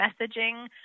messaging